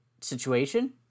situation